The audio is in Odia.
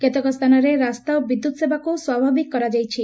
କେତକ ସ୍ଚାନରେ ରାସ୍ତା ଓ ବିଦ୍ୟୁତ୍ ସେବାକୁ ସ୍ୱାଭାବିକ କରାଯାଇଛି